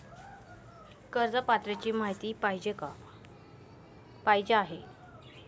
कर्ज पात्रतेची माहिती पाहिजे आहे?